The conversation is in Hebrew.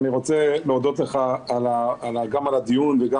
אני רוצה להודות לך גם על הדיון וגם